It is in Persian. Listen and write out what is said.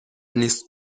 نیست